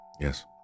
Yes